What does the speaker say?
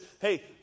hey